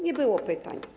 Nie było pytań.